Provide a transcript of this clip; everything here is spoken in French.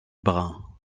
brun